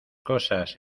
cosas